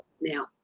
now